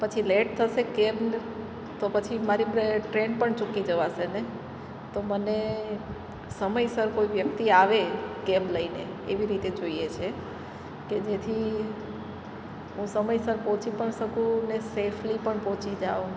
પછી લેટ થશે કેબ તો પછી મારી ટ્રેન પણ ચૂકી જવાશેને તો મને સમયસર કોઈ વ્યક્તિ આવે કેબ લઈને એવી રીતે જોઈએ છે કે જેથી હું સમયસર પહોંચી પણ શકું ને સેફલી પણ પહોંચી જાઉં